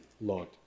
Lord